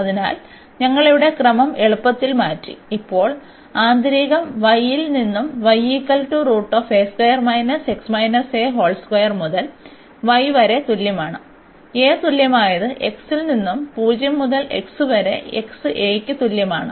അതിനാൽ ഞങ്ങൾ ഇവിടെ ക്രമം എളുപ്പത്തിൽ മാറ്റി ഇപ്പോൾ ആന്തരികം y ൽ നിന്ന് മുതൽ y വരെ തുല്യമാണ് a തുല്യമായത് x ൽ നിന്ന് 0 മുതൽ x വരെ x aക്ക് തുല്യമാണ്